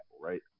right